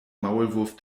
maulwurf